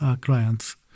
clients